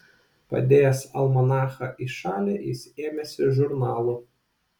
padėjęs almanachą į šalį jis ėmėsi žurnalų